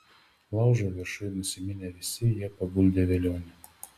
laužo viršuj nusiminę visi jie paguldė velionį